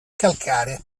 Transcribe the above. calcare